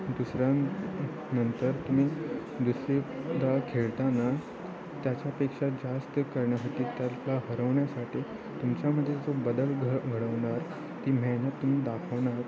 दुसऱ्यां नंतर तुम्ही दुसऱ्यांदा खेळताना त्याच्यापेक्षा जास्त करण्यासाठी त्याला हरवण्यासाठी तुमच्यामध्ये जो बदल घड घडवणार ती मेहनत तुम्ही दाखवणार